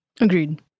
Agreed